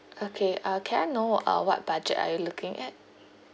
okay uh can I know uh what budget are you looking at